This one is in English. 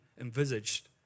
envisaged